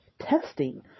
testing